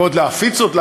ועוד להפיץ אותו,